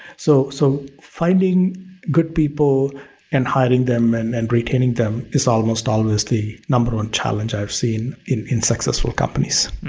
so so finding good people and hiring them and and retaining them is almost always the number one challenge i've seen in in successful companies.